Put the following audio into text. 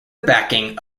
backing